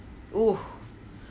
!oof!